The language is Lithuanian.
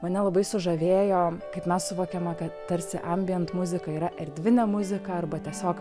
mane labai sužavėjo kaip mes suvokiama kad tarsi ambijant muzika yra erdvinė muzika arba tiesiog